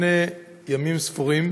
לפני ימים ספורים.